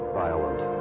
violent